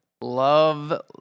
love